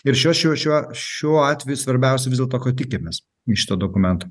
ir šiuo šiuo šiuo šiuo atveju svarbiausia vis dėlto ko tikimės iš šito dokumento